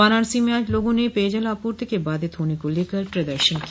वाराणसी में आज लोगों ने पेयजल आपूर्ति के बाधित होने को लेकर प्रदर्शन किया